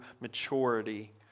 maturity